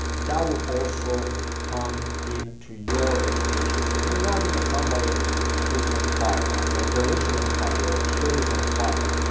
that will also come into your reputation. so you can imagine if somebody who is on fire, like they're literally on fire, their shirt is on fire,